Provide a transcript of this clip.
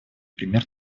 пример